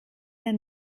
der